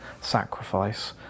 sacrifice